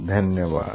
धन्यवाद्